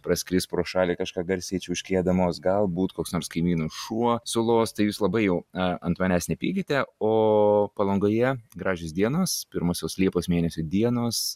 praskris pro šalį kažką garsiai čiauškėdamos galbūt koks nors kaimynų šuo sulos tai jūs labai jau ant manęs nepykite o palangoje gražios dienos pirmosios liepos mėnesio dienos